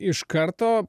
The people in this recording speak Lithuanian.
iš karto